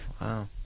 wow